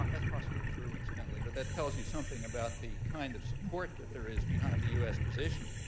but that's possibly true, incidentally. but that tells you something about the kind of support that there is behind the us position.